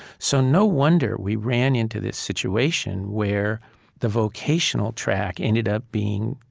so no wonder we ran into this situation where the vocational track ended up being,